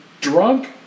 drunk